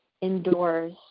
indoors